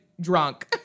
drunk